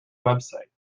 website